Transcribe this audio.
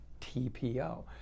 TPO